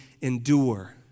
endure